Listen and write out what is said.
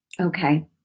okay